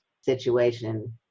situation